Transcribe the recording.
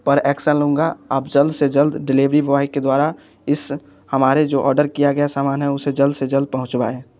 पर एक्शन लूँगा आप जल्द से जल्द डिलीवरी बॉय के द्वारा इस हमारे जो आर्डर किया गया सामान है उसे जल्द से जल्द पहुँचवाएं